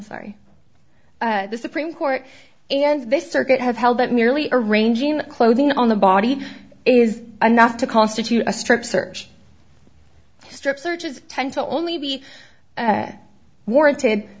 sorry the supreme court and this circuit have held that merely arranging clothing on the body is enough to constitute a strip search strip searches tend to only be warranted